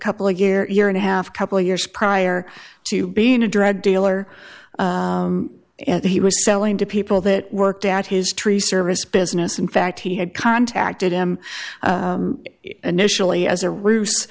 couple of year and a half a couple of years prior to being a drug dealer and he was selling to people that worked at his tree service business in fact he had contacted him initially as a roost